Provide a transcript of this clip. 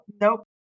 nope